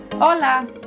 Hola